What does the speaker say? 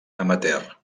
amateur